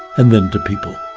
and then to people.